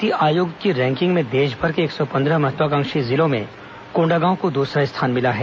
नीति आयोग की रैंकिंग में देश भर के एक सौ पन्द्रह महत्वाकांक्षी जिलों में कोण्डागांव को दूसरा स्थान मिला है